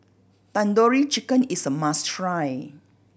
Tandoori Chicken is a must try